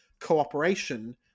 cooperation